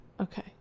Okay